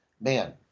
man